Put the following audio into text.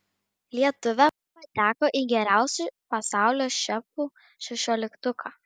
lietuvė pateko į geriausių pasaulio šefų šešioliktuką